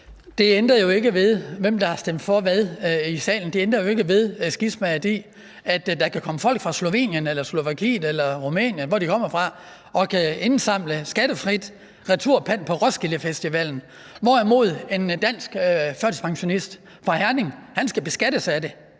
Kristian Skibby (DF): Hvem, der har stemt for hvad i salen, ændrer jo ikke ved skismaet i, at der kan komme folk fra Slovenien eller Slovakiet eller Rumænien – eller hvor de kommer fra – som skattefrit kan indsamle returpant på Roskilde Festivalen, hvorimod en dansk førtidspensionist fra Herning skal beskattes af det.